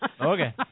Okay